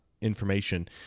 information